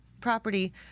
property